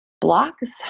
blocks